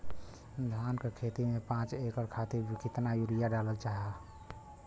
धान क खेती में पांच एकड़ खातिर कितना यूरिया डालल जाला?